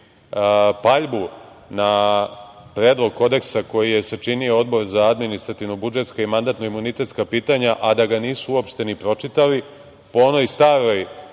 paljbu na predlog kodeksa koji je sačinio Odbor za administrativno budžetska i mandatno-imunitetska pitanja, a da ga nisu uopšte ni pročitali po onoj staroj,